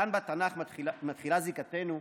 כאן בתנ"ך מתחילה זיקתנו,